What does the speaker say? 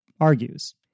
argues